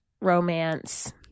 romance